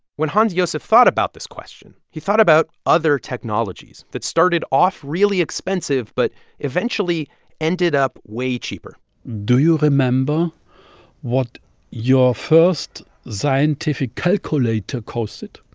when hans-josef thought about this question, he thought about other technologies that started off really expensive but eventually ended up way cheaper do you remember what your first scientific calculator cost?